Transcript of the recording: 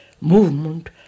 movement